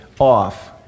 off